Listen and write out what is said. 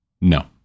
No